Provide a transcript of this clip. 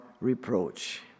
reproach